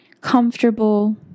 comfortable